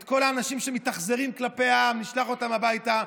את כל האנשים שמתאכזרים לעם, נשלח אותם הביתה.